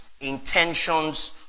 intentions